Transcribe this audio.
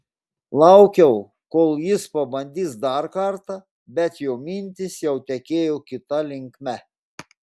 laukiau kol jis pabandys dar kartą bet jo mintys jau tekėjo kita linkme